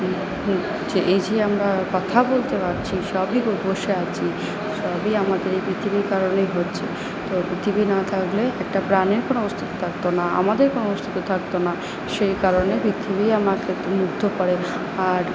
এই যে আমরা কথা বলতে পারছি সবই বসে আছি সবই আমাদের এই পৃথিবীর কারণেই হচ্ছে তো পৃথিবী না থাকলে একটা প্রাণের কোনো অস্তিত্ব থাকতো না আমাদের কোনো অস্তিত্ব থাকতো না সেই কারণে পৃথিবী আমাকে তো মুগ্ধ করে আর